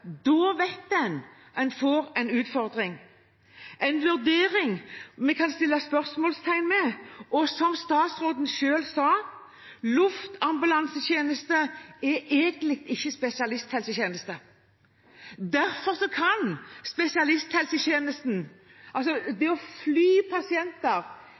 Da vet en at en får en utfordring. Det er en vurdering vi kan sette spørsmålstegn ved, og som statsråden selv sa, er luftambulansetjeneste egentlig ikke spesialisthelsetjeneste. Det å fly pasienter